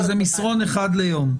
אבל זה מסרון אחד ליום?